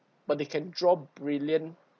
but they can draw brilliant